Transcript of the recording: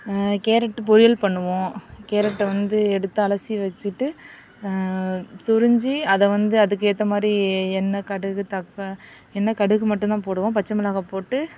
carrot பொரியல் பண்ணுவோம் கேரட்டை வந்து எடுத்து அலசி வச்சுட்டு சொரிஞ்சு அதை வந்து அதுக்கு ஏற்ற மாதிரி எண்ணெய் கடுகு தக்காளி எண்ணெய் கடுகு மட்டும் தான் போடுவோம் பச்சை மிளகாய் போட்டு